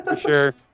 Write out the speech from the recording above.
Sure